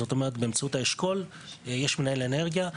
זאת אומרת, באמצעות האשכול יש מנהל אנרגיה.